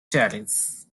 cherries